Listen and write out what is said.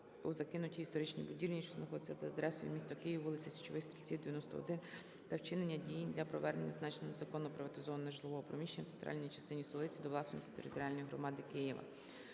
у закинутій історичній будівлі, що знаходиться за адресою: місто Київ, вулиця Січових Стрільців, 91 та вчинення дій для повернення зазначеного незаконно приватизованого нежитлового приміщення у центральній частині столиці до власності територіальної громади міста